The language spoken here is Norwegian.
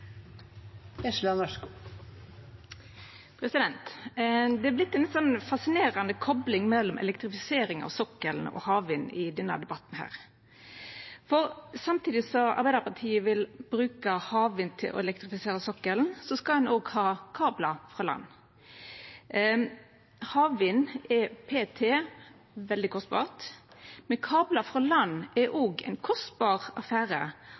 kopling mellom elektrifisering av sokkelen og havvind i denne debatten, for samtidig som Arbeidarpartiet vil bruka havvind til å elektrifisera sokkelen, skal ein òg ha kablar frå land. Havvind er p.t. veldig kostbart, men kablar frå land er óg ein kostbar affære,